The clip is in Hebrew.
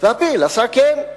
והפיל עשה "כן";